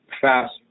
fast